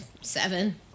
seven